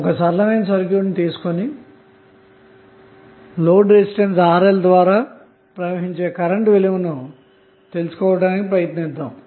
ఒక సరళమైనసర్క్యూట్తీసుకొని load resistance RLద్వారా ప్రవహించే కరెంటు విలువను తెలుసుకోవటానికి ప్రయత్నిద్దాము